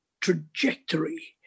trajectory